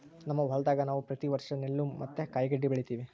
ನಮ್ಮ ಹೊಲದಾಗ ನಾವು ಪ್ರತಿ ವರ್ಷ ನೆಲ್ಲು ಮತ್ತೆ ಕಾಯಿಗಡ್ಡೆ ಬೆಳಿತಿವಿ